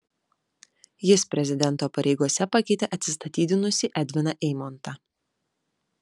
jis prezidento pareigose pakeitė atsistatydinusį edviną eimontą